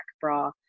bra